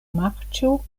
marĉo